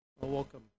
Welcome